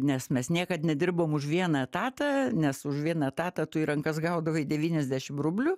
nes mes niekad nedirbom už vieną etatą nes už vieną etatą tu į rankas gaudavai devyniasdešim rublių